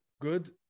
Good